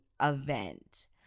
event